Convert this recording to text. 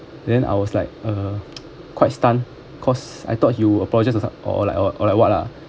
then I was like uh quite stunned cause I thought he will apologize or like or like what ah